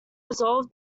resolve